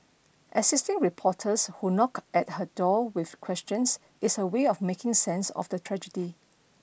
assisting reporters who knock at her door with questions is her way of making sense of the tragedy